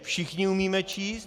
Všichni umíme číst.